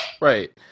Right